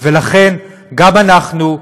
ולכן גם אנחנו,